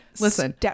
listen